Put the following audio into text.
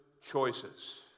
choices